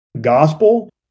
gospel